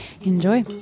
Enjoy